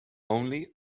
only